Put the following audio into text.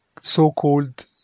so-called